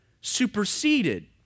superseded